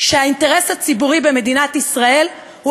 שהאינטרס הציבורי במדינת ישראל הוא